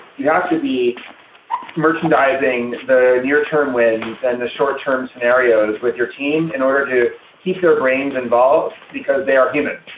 you have to be merchandising the near-term wins and the short-term scenarios with your team, in order to keep their brains involved, because they are human.